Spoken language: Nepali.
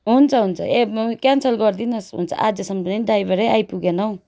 हुन्छ हुन्छ ए क्यान्सल गरिदिनुहोस् हुन्छ अझैसम्म पनि ड्राइभरै आइपुगेन हौ